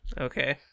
Okay